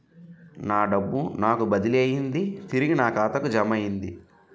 నా డబ్బు నాకు బదిలీ అయ్యింది తిరిగి నా ఖాతాకు జమయ్యింది